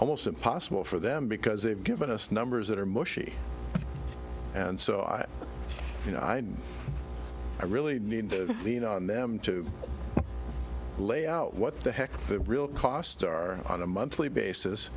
almost impossible for them because they've given us numbers that are mushy and so i you know i and i really need to lean on them to lay out what the heck the real costs are on a monthly basis